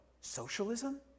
socialism